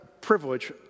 privilege